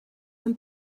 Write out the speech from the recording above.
and